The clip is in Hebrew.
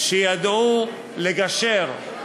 שידעו לגשר,